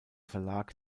verlag